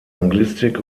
anglistik